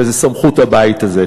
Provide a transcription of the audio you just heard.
וזו סמכות הבית הזה.